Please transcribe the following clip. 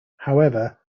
however